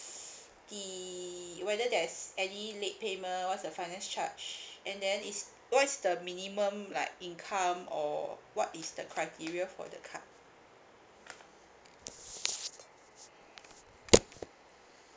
the whether there's any late payment what's the finance charge and then is what is the minimum like income or what is the criteria for the card